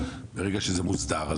ברגע שזה מוסדר,